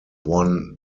won